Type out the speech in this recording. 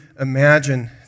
imagine